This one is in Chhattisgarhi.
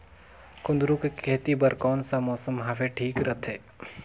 कुंदूरु के खेती बर कौन सा मौसम हवे ठीक रथे?